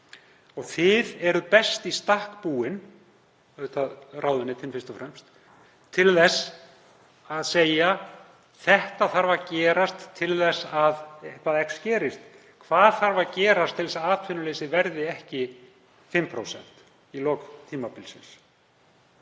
og þið eruð best í stakk búin, auðvitað ráðuneytin fyrst og fremst, til þess að segja: Þetta þarf að gerast til þess að X gerist. Hvað þarf að gerast til þess að atvinnuleysi verði ekki 5% í lok tímabilsins?